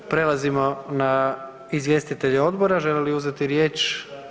Prelazimo na izvjestitelje odbora, žele li uzeti riječ?